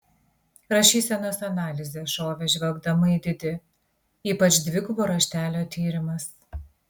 rašysenos analizė šovė žvelgdama į didi ypač dvigubo raštelio tyrimas